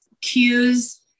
cues